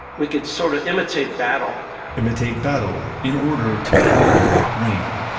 we could sort of imitate battle imitate battle in order to create rain.